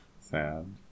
Sad